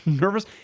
nervous